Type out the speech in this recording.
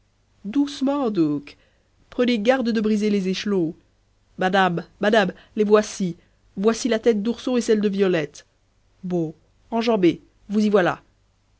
doucement donc prenez garde de briser les échelons madame madame les voici voici la tête d'ourson et celle de violette bon enjambez vous y voilà